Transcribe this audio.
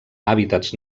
hàbitats